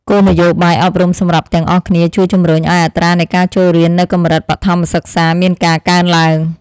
គោលនយោបាយអប់រំសម្រាប់ទាំងអស់គ្នាជួយជំរុញឱ្យអត្រានៃការចូលរៀននៅកម្រិតបឋមសិក្សាមានការកើនឡើង។